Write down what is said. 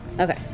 Okay